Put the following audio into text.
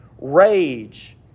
rage